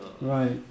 Right